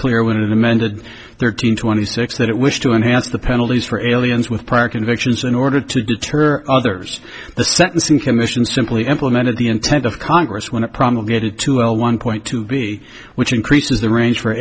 clear when it amended thirteen twenty six that it wished to enhance the penalties for aliens with prior convictions in order to deter others the sentencing commission simply implemented the intent of congress when it promulgated to a one point two b which increases the range for